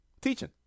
Teaching